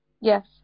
Yes